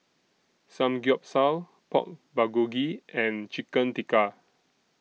Samgyeopsal Pork Bulgogi and Chicken Tikka